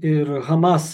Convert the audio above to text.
ir hamas